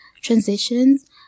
Transitions